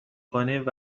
کنید